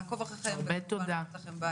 לעקוב אחריכם וכמובן לתת לכם בית.